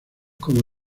como